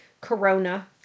Corona